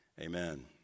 Amen